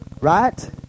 Right